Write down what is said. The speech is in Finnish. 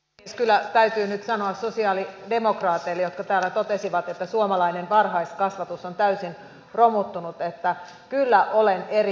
kyllä täytyy nyt sanoa sosialidemokraateille jotka täällä totesivat että suomalainen varhaiskasvatus on täysin romuttunut että kyllä olen eri mieltä